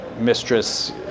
Mistress